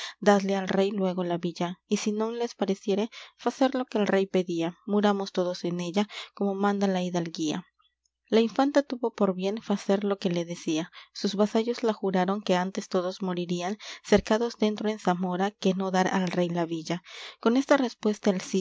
dadle al rey luégo la villa y si non les pareciere facer lo que el rey pedía muramos todos en ella como manda la hidalguía la infanta tuvo por bien facer lo que le decía sus vasallos la juraron que antes todos morirían cercados dentro en zamora que no dar al rey la villa con esta respuesta